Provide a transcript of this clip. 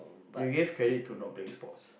you gave credit to not playing sports